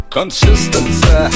Consistency